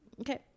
okay